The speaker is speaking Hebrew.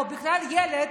או בכלל ילד,